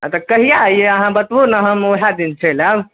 आओर तऽ कहिआ अइयै आहाँ बताबू ने ओहे दिन चलि आयब